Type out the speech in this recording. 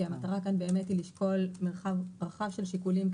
כי המטרה כאן באמת היא לשקול מרחב רחב של שיקולים,